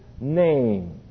name